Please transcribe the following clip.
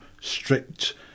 strict